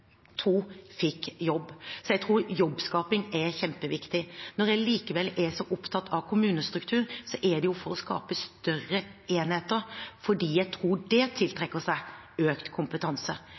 fikk jobb, og i hvert fall ikke om man var to. Så jeg tror jobbskaping er kjempeviktig. Når jeg likevel er så opptatt av kommunestruktur, er det fordi jeg tror at det å skape større enheter tiltrekker seg økt kompetanse.